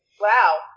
Wow